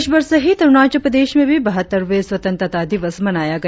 देशभर सहित अरुणाचल प्रदेश में भी बहत्तरवें स्वतंत्रता दिवस मनाया गया